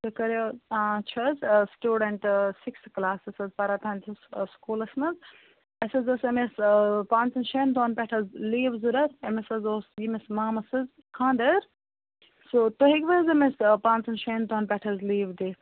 تۄہہِ کٔرِیو آ چھِ حظ سِٹوڈنٛٹہٕ سِکِستھ کٕلاسَس حظ پَران تُہٕنٛدسٕے سکوٗلَس منٛز اَسہِ حظ ٲسۍ أمِس پٲنٛژَن شیٚن دۄہَن پٮ۪ٹھ حظ لیٖو ضروٗرَتھ أمِس حظ اوس یٔمِس مامَس حظ خانٛدَر سُہ تُہۍ ہٮ۪کِوٕ حظ أمِس پانٛژَن شٮ۪ن دۄہَن پٮ۪ٹھ حظ لیٖو دِتھ